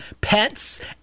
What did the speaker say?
pets